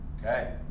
Okay